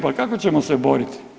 Pa kako ćemo se boriti?